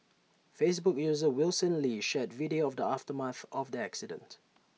Facebook user Wilson lee shared video of the aftermath of the accident